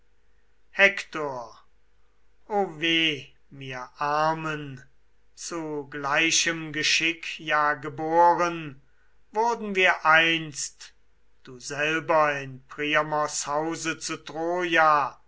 o weh mir armen zu gleichem geschick ja geboren wurden wir einst du selber in priamos hause zu troja